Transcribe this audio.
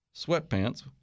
sweatpants